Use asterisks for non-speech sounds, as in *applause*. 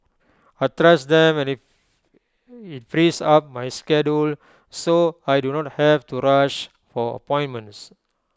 I trust them and IT *noise* frees up my schedule so I do not have to rush for appointments